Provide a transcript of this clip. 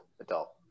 adult